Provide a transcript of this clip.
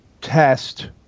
test